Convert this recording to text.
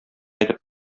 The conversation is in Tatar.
әйтеп